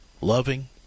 loving